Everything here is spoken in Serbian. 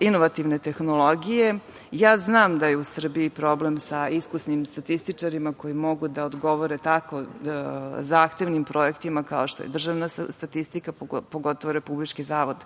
inovativne tehnologije. Znam da je u Srbiji problem sa iskusnim statističarima koji mogu da odgovore tako zahtevnim projektima kao što je državna statistika, pogotovo Republički zavod